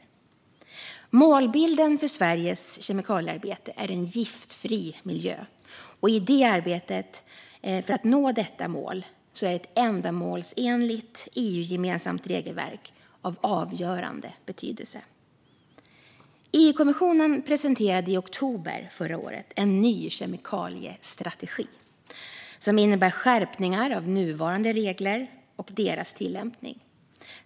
Granskning av kommissionens meddelande om en kemikaliestrategi för hållbarhet Målbilden för Sveriges kemikaliearbete är en giftfri miljö. I arbetet för att nå detta mål är ett ändamålsenligt EU-gemensamt regelverk av avgörande betydelse. EU-kommissionen presenterade i oktober förra året en ny kemikaliestrategi som innebär skärpningar av nuvarande regler och deras tillämpning.